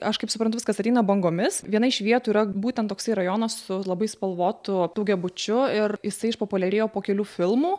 aš kaip supratau viskas ateina bangomis viena iš vietų yra būtent toksai rajonas su labai spalvotu daugiabučiu ir jisai išpopuliarėjo po kelių filmų